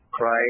right